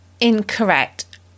incorrect